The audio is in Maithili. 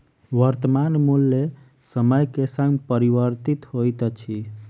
वर्त्तमान मूल्य समय के संग परिवर्तित होइत अछि